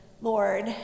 Lord